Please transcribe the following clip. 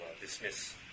dismiss